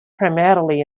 primarily